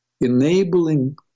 enabling